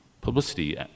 publicity